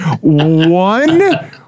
one